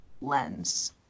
lens